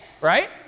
right